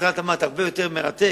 שמשרד התמ"ת הרבה יותר מרתק,